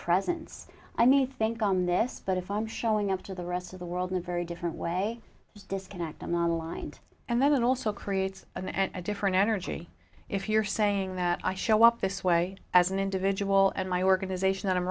presence i may think on this but if i'm showing up to the rest of the world in a very different way it's disconnected nonaligned and then it also creates a different energy if you're saying that i show up this way as an individual and my organization that i'm